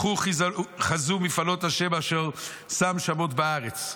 לכו חזו מפעלות ה' אשר שם שמות בארץ.